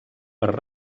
per